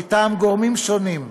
מטעם גורמים שונים: